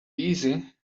easy